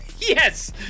yes